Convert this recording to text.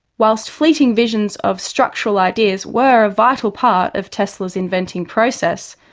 whilst fleeting visions of structural ideas were a vital part of tesla's inventing process,